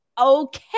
okay